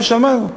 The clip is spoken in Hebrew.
לא שמענו.